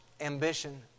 ambition